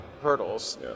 hurdles